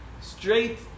straight